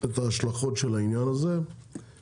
את ההשלכות של העניין הזה,